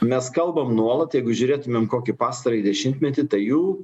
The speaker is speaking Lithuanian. mes kalbam nuolat jeigu žiūrėtumėm kokį pastarąjį dešimtmetį tai jų